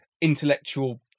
intellectual